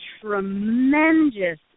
tremendous